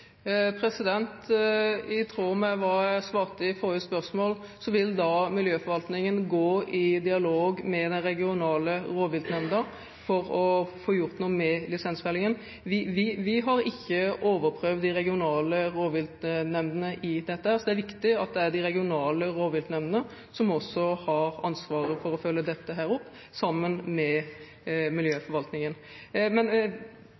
I tråd med hva jeg svarte på forrige spørsmål vil miljøforvaltningen gå i dialog med den regionale rovviltnemnda for å få gjort noe med lisensfellingen. Vi har ikke overprøvd de regionale rovviltnemndene i dette. Det er viktig at det er de regionale rovviltnemndene som også har ansvaret for å følge dette opp sammen med